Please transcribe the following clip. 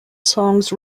songs